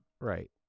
right